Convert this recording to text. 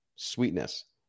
Sweetness